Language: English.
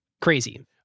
Crazy